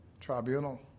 tribunal